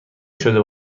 شده